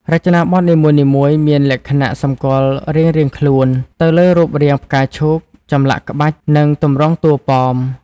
រចនាបថនីមួយៗមានលក្ខណៈសម្គាល់រៀងៗខ្លួន ទៅលើរូបរាងផ្កាឈូក ចម្លាក់ក្បាច់ និងទម្រង់តួប៉ម។